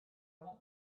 want